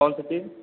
कौन सा चीज